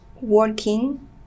working